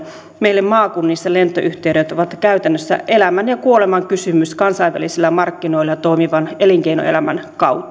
meille maakunnissa lentoyhteydet ovat käytännössä elämän ja kuoleman kysymys kansainvälisillä markkinoilla toimivan elinkeinoelämän kautta